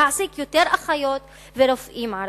להעסיק יותר אחיות ורופאים ערבים,